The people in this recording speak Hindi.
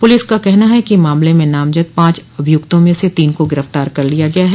पुलिस का कहना है कि मामले में नामजद पांच अभियुक्तों में से तीन को गिरफ्तार किया गया है